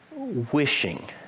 Wishing